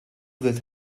that